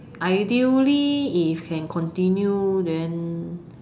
ideally if can continue then